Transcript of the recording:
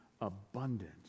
abundance